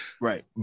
Right